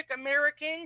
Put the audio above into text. American